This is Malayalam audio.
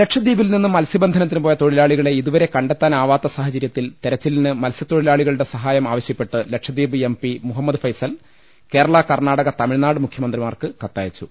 ലക്ഷ്ദ്വീപിൽ നിന്ന് മത്സ്യബന്ധനത്തിനു പോയ തൊഴിലാളി കളെ ഇതുവരെ കണ്ടെത്താനാവാത്ത സാഹചര്യത്തിൽ തെരച്ചി ലിന് മത്സ്യതൊഴിലാളികളുടെ സഹായം ആവശ്യപ്പെട്ട് ലക്ഷദ്ധീപ് എം പി മുഹമ്മദ് ഫൈസൽ കേരള കർണാടക തമിഴ്നാട് മുഖ്യ മന്ത്രിമാർക്ക് കത്തയച്ചു